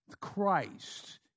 Christ